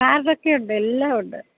കാർഡൊക്കെയുണ്ട് എല്ലാം ഉണ്ട്